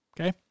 okay